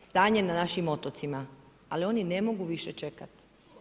stanje na našim otocima ali oni ne mogu više čekati.